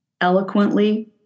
eloquently